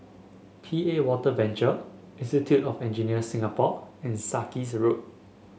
P A Water Venture Institute of Engineers Singapore and Sarkies Road